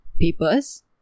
papers